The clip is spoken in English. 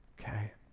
okay